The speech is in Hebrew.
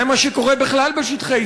זה מה שקורה בכלל בשטחי